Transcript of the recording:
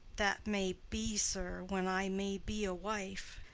that may be, sir, when i may be a wife.